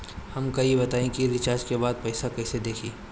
हमका ई बताई कि रिचार्ज के बाद पइसा कईसे देखी?